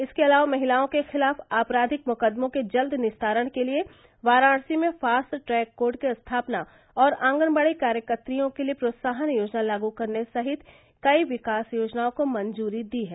इसके अलावा महिलाओं के खिलाफ आपराधिक मुक़दमों के जल्द निस्तारण के लिए वाराणसी में फॉस्ट ट्रैक कोर्ट की स्थापना और ऑगनबाड़ी कार्यकत्रियों के लिए प्रोत्साहन योजना लागू करने सहित कई विकास योजनाओं को मंजूरी दी है